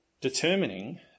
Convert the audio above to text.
determining